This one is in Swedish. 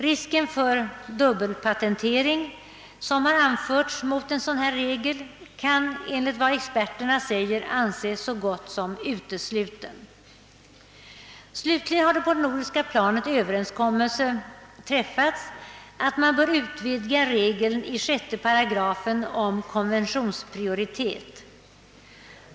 Risken för dubbelpatentering, som har anförts mot en sådan regel, kan enligt experternas mening anses så gott som utesluten. Slutligen har på det nordiska planet överenskommelse träffats att man bör utvidga regeln i 6 8 om konventionsprioritet.